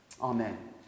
Amen